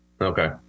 Okay